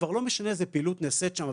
כבר לא משנה איזה פעילות נעשית שם,